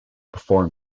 before